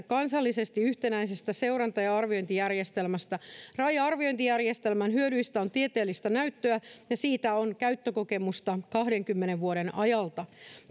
kansallisesti yhtenäisestä seuranta ja arviointijärjestelmästä rai arviointijärjestelmän hyödyistä on tieteellistä näyttöä ja siitä on käyttökokemusta kahdenkymmenen vuoden ajalta